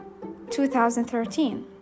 2013